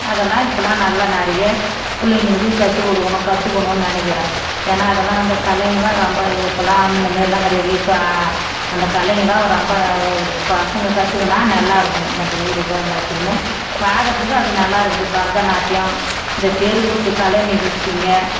அதெல்லாம் இப்பெல்லாம் நல்ல நிறைய பிள்ளைங்களுக்கு கத்துக்கொடுக்கணும் கத்துக்கணும்னு நினைக்கிறேன் ஏன்னா அதெல்லாம் அந்த கலைங்கள்லாம் ரொம்ப இப்பெல்லாம் முன்ன மாதிரிலாம் கிடையாது இப்போ அந்த கலைங்கள்லாம் ரொம்ப இப்போ பசங்கள் கத்துக்கின்னால் நல்லா இருக்கும் நம்ம ஊருக்கு எல்லாத்துக்குமே பார்க்கறதுக்கு அது நல்லா இருக்குது பரதநாட்டியம் இந்த தெருக்கூத்து கலை நிகழ்ச்சிங்க